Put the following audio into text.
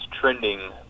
trending